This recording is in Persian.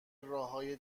راههای